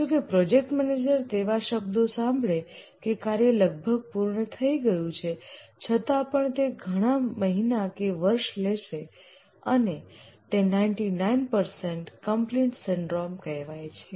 જોકે project manager તેવા શબ્દો સાંભળે કે કાર્ય લગભગ પૂર્ણ થઈ ગયું છે છતાં પણ તે ઘણા મહિના કે વર્ષ લેશે અને તે 99 પરસેન્ટ કમ્પ્લીટ સિંડ્રોમ કહેવાય છે